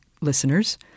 listeners